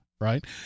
right